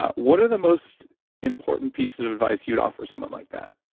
what are the most important pieces of advice you'd offer someone like that?